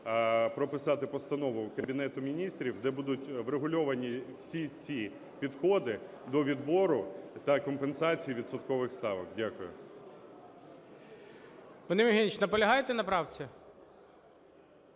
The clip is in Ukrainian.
прописати постанову Кабінету Міністрів, де будуть врегульовані всі ці підходи до відбору та компенсації відсоткових ставок. Дякую. ГОЛОВУЮЧИЙ. Вадим Євгенович, наполягаєте на правці?